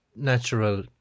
Natural